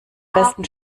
besten